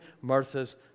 Martha's